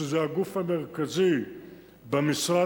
שזה הגוף המרכזי במשרד